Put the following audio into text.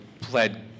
pled